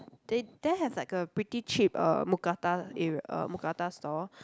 they there have like a pretty cheap uh mookata area uh mookata store